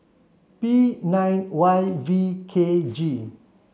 P nine Y V K G